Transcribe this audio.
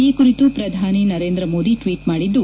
ಈ ಕುರಿತು ಪ್ರಧಾನಿ ನರೇಂದ್ರ ಮೋದಿ ಟ್ವೀಟ್ ಮಾಡಿದ್ದು